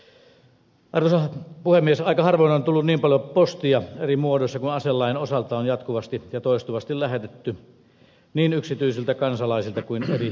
aika harvoin on tullut niin paljon postia eri muodoissa kuin aselain osalta on jatkuvasti ja toistuvasti lähetetty niin yksityisiltä kansalaisilta kuin eri järjestöiltäkin